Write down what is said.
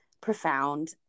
profound